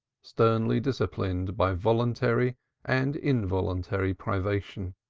sternly disciplined by voluntary and involuntary privation,